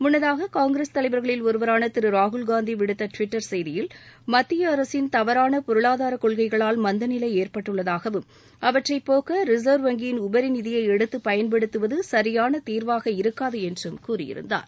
முன்னதாக காங்கிரஸ் தலைவர்களில் ஒருவரான திருராகுல் காந்தி விடுத்த ட்விட்டர் செய்தியில் மத்திய அரசின் தவறான பொருளாதார கொள்கைகளால் மந்தநிலை ஏற்பட்டுள்ளதாகவும் அவற்றை போக்க ரிசர்வ் வங்கியின் உபரி நிதியை எடுத்து பயன்படுத்துவது சரியான தீர்வாக இருக்காது என்றும் கூறியிருந்தார்